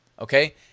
okay